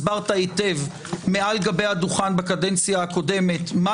הסברת היטב מעל גבי הדוכן בקדנציה הקודמת מה